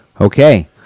Okay